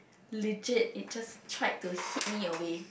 legit it just tried to hit me away